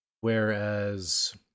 Whereas